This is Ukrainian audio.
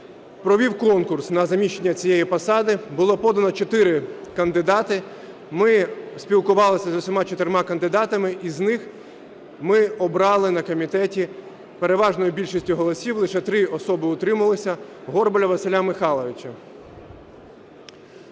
провів конкурс на заміщення цієї посади. Було подано чотири кандидати. Ми спілкувались з усіма чотирма кандидатами. І з них ми обрали на комітеті переважною більшістю голосів, лише три особи утримались, Горбаля Василя Михайловича.